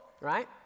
right